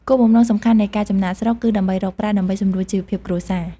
គោលបំណងសំខាន់នៃការចំណាកស្រុកគឺដើម្បីរកប្រាក់ដើម្បីសម្រួលជីវភាពគ្រួសារ។